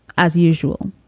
as usual,